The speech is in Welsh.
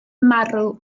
marw